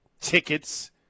tickets